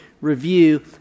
review